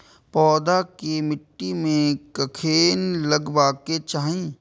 पौधा के मिट्टी में कखेन लगबाके चाहि?